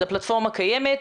אז הפלטפורמה קיימת.